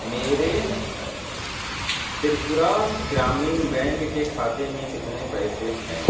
میرے ترپرا گرامین بینک کے کھاتے میں کتنے پیسے ہیں